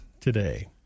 today